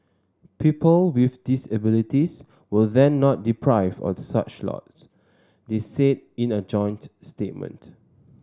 people with disabilities will then not deprived of such lots they said in a joint statement